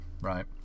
right